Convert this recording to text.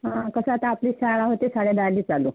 हा कसा आहे आता आपली शाळा होते साडेदहाची चालू